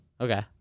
Okay